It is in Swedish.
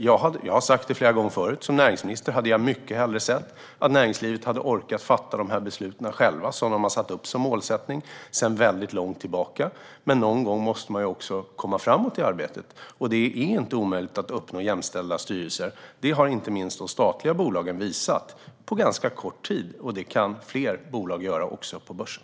Jag har sagt flera gånger förut att som näringsminister hade jag mycket hellre sett att näringslivet hade orkat fatta de här besluten själva för att nå den målsättning de har haft sedan lång tid tillbaka. Men någon gång måste man också komma framåt i arbetet, och det är inte omöjligt att uppnå jämställda styrelser. Det har inte minst de statliga bolagen visat att man kan göra på ganska kort tid, och det kan fler bolag göra, också de på börsen.